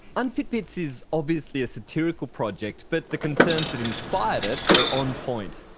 unfitbits is obviously a satirical project, but the concerns that inspired it are on point.